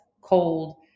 cold